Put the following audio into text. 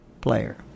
player